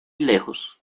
lejos